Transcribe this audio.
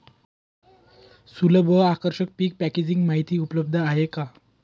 सुलभ व आकर्षक पीक पॅकेजिंग माहिती उपलब्ध आहे का?